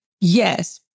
Yes